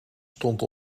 stond